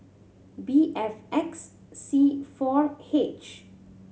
B F X C four H